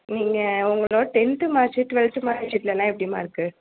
நீங்கள் உங்களோடய tenth marksheet twelfth மார்க்ஷீட்லலாம் எப்படிமா இருக்குது